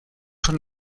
son